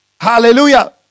Hallelujah